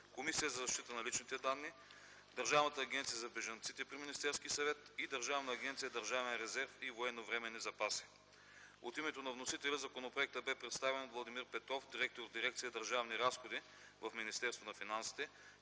Комисия за защита на личните данни, Държавна агенция за бежанците при Министерския съвет и Държавна агенция „Държавен резерв и военновременни запаси”. От името на вносителя законопроектът бе представен от Владимир Петров – директор на дирекция „Държавни разходи” в Министерството на финансите,